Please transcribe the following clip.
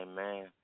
amen